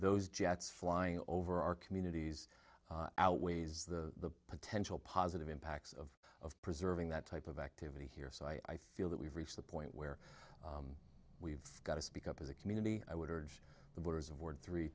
those jets flying over our communities outweighs the potential positive impacts of of preserving that type of activity here so i feel that we've reached the point where we've got to speak up as a community i would urge the borders of ward three